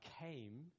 came